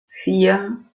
vier